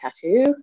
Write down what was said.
tattoo